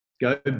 Go